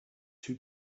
two